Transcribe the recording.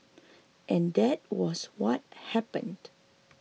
and that was what happened